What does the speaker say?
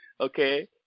okay